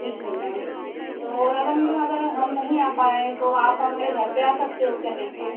ठीक है मैम और अगर मेम अगर हम नहीं आ पाए तो आप हमारे घर पे आ सकते हो क्या लेके